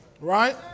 right